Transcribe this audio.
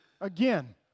Again